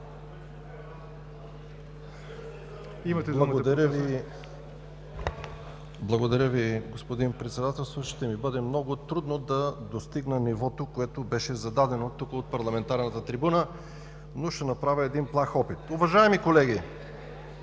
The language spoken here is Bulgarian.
Благодаря Ви, господин Председателстващ. Ще ми бъде много трудно да достигна нивото, което беше зададено тук, от парламентарната трибуна, но ще направя един плах опит. Уважаеми колеги,